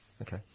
Okay